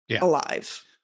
alive